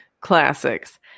Classics